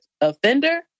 offender